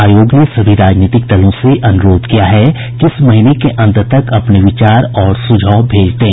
आयोग ने सभी राजनीतिक दलों से अनुरोध किया है कि इस महीने के अंत तक अपने विचार और सुझाव भेज दें